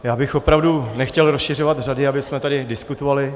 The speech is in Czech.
Já bych opravdu nechtěl rozšiřovat řady, abychom tady diskutovali.